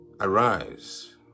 arise